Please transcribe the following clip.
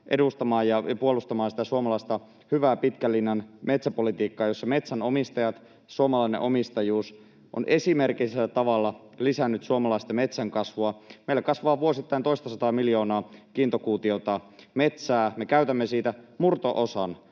edustamaan ja puolustamaan sitä suomalaista hyvää pitkän linjan metsäpolitiikkaa, jossa metsänomistajat, suomalainen omistajuus on esimerkillisellä tavalla lisännyt suomalaisten metsänkasvua. Meillä kasvaa vuosittain toista sataa miljoonaa kiintokuutiota metsää. Me käytämme siitä murto-osan,